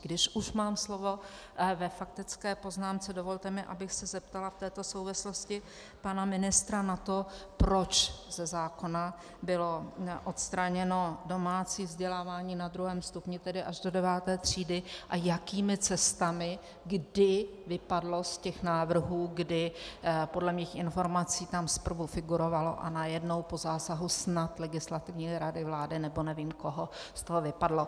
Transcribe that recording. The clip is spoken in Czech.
Když už mám slovo ve faktické poznámce, dovolte mi, abych se zeptala v této souvislosti pana ministra na to, proč ze zákona bylo odstraněno domácí vzdělávání na druhém stupni, tedy až do 9. třídy, a jakými cestami, kdy vypadlo z těch návrhů, kdy podle mých informací tam zprvu figurovalo a najednou po zásahu snad Legislativní rady vlády nebo nevím koho z toho vypadlo.